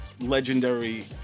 legendary